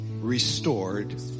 restored